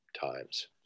times